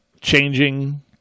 changing